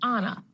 Anna